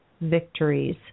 victories